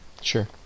Sure